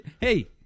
hey